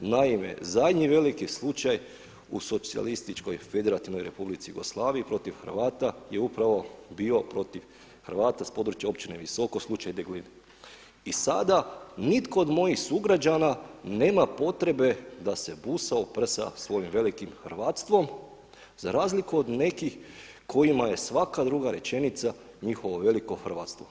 Naime, zadnji veliki slučaj u socijalističkoj federativnoj republici Jugoslaviji protiv Hrvata je upravo bio protiv Hrvata s područja općine Visoko slučaj … I sada nitko od mojih sugrađana nema potrebe da se busa o prsa svojim velikim hrvatstvom, za razliku od nekih kojima je svaka druga rečenica njihovo veliko hrvatstvo.